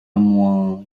moins